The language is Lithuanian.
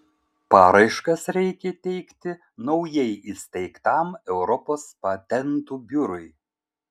paraiškas reikia teikti naujai įsteigtam europos patentų biurui